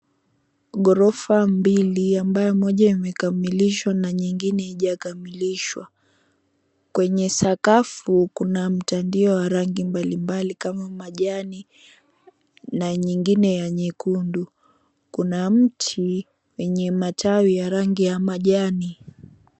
Gorofa mbili ambayo moja imekamilishwa na nyingine haijakamilishwa. Kwenye sakafu kuna mtandio wa rangi mbali mbali kama majani na nyingine ya nyekundu. Kuna mti wenye matawi ya rangi ya majani.